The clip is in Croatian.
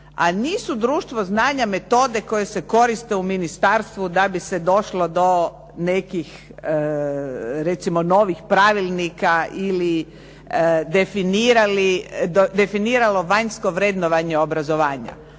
A nisu društvo znanja metode koje se koriste u ministarstvu da bi se došlo do nekih recimo novih pravilnika ili definiralo vanjsko vrednovanje obrazovanja.